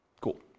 Cool